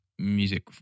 music